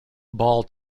ball